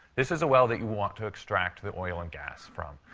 this is a well that you want to extract the oil and gas from.